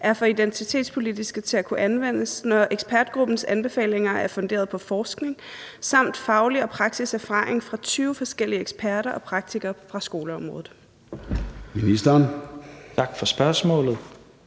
er for identitetspolitiske til at kunne anvendes, når ekspertgruppens anbefalinger er funderet på forskning samt faglig og praktisk erfaring fra 20 forskellige eksperter og praktikere fra skoleområdet?